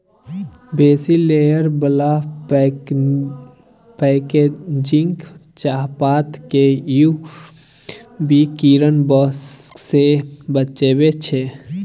बेसी लेयर बला पैकेजिंग चाहपात केँ यु वी किरण सँ बचाबै छै